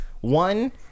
One